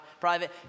private